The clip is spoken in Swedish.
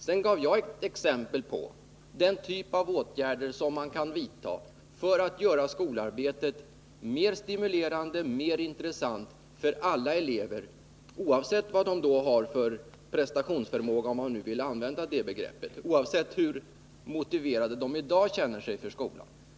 Sedan gav jag exempel på den typ av åtgärder som man kan vidta för att göra skolarbetet mer stimulerande och mer intressant för alla elever, oavsett vad de har för prestationsförmåga — om man nu vill använda det begreppet —, oavsett hur motiverade de i dag känner sig för skolan.